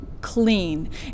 clean